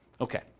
Okay